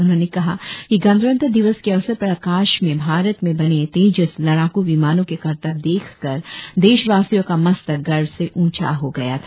उन्होंने कहा कि गणतंत्र दिवस के अवसर पर आकाश में भारत में बने तेजस लड़ाक् विमानों के करतब देखकर देशवासियों का मस्तक गर्व से ऊंचा हो गया था